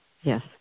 Yes